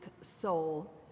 soul